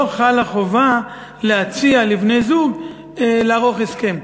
לא חלה חובה להציע לבני-זוג לערוך הסכם.